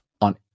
on